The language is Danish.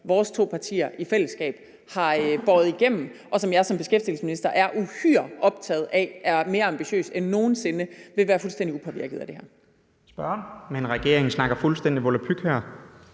vores to partier i fællesskab har båret igennem, og som jeg som beskæftigelsesminister er uhyre optaget af er mere ambitiøs end nogen sinde. Den vil være fuldstændig upåvirket af det her.